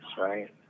right